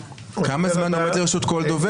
כמה זמן עומד לרשות כל דובר,